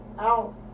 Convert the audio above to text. out